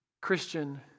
Christian